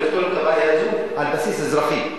ולפתור את הבעיה הזאת על בסיס אזרחי,